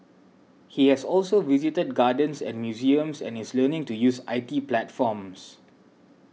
he has also visited gardens and museums and is learning to use I T platforms